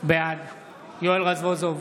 בעד יואל רזבוזוב,